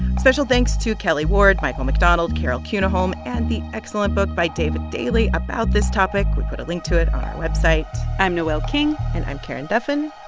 special thanks to kelly ward, michael mcdonald, carol kuniholm and the excellent book by david daley about this topic. we put a link to it on our website. i'm noel king and i'm karen duffin.